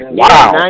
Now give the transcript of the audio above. wow